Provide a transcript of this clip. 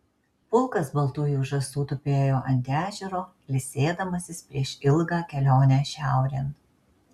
pulkas baltųjų žąsų tupėjo ant ežero ilsėdamasis prieš ilgą kelionę šiaurėn